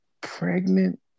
pregnant